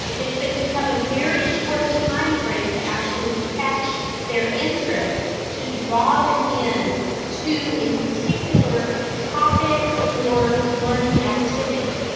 it's that you have a very short time frame to actually catch their interest to draw them in to a particular topic or learning activity.